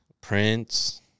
Prince